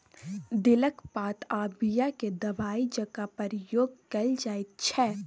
दिलक पात आ बीया केँ दबाइ जकाँ प्रयोग कएल जाइत छै